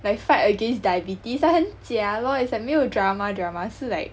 like fight against diabetes like 很假 lor it's like 没有 drama drama 是 like